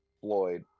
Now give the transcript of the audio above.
Floyd